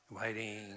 Waiting